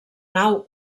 nau